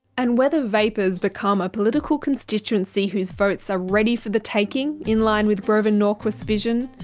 and whether vapers become a political constituency whose votes are ready for the taking, in line with grover norquist's vision.